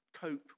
cope